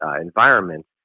environment